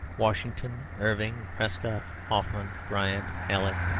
washington irving, prescott, hoffman, bryant, halleck,